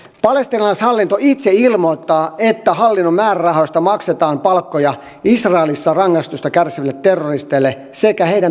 palestiinalaishallinto itse ilmoittaa että hallinnon määrärahoista maksetaan palkkoja israelissa rangaistusta kärsiville terroristeille sekä heidän perheilleen